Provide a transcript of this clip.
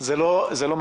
זה לא מספיק.